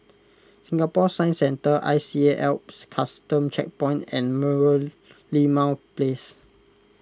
Singapore Science Centre I C A Alps Custom Checkpoint and Merlimau Place